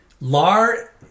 lar